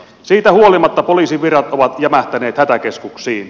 siitä huolimatta poliisin virat ovat jämähtäneet hätäkeskuksiin